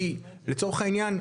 כי לצורך העניין,